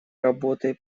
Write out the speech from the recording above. работой